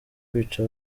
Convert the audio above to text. kwica